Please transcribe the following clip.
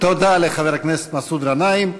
תודה לחבר הכנסת מסעוד גנאים.